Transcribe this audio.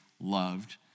loved